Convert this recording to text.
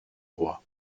rois